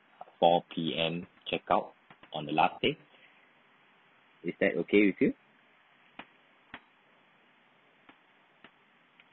four P_M check out on the last day is that okay with you